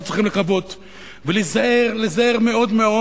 אנחנו צריכים לקוות ולהיזהר, להיזהר מאוד מאוד